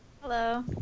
Hello